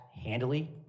handily